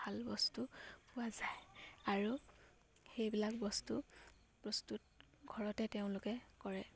ভাল বস্তু পোৱা যায় আৰু সেইবিলাক বস্তু প্ৰস্তুত ঘৰতে তেওঁলোকে কৰে